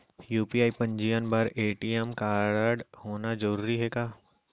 UPI पंजीयन बर ATM कारडहोना जरूरी हे का?